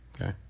Okay